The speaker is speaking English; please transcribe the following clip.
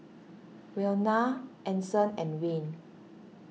Wynona Anson and Wayne